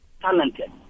talented